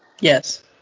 Yes